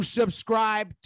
subscribe